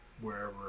wherever